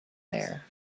there